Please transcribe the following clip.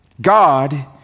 God